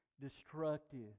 destructive